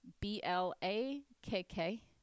b-l-a-k-k